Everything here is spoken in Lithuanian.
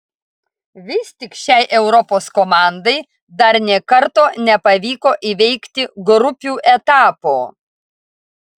vis tik šiai europos komandai dar nė karto nepavyko įveikti grupių etapo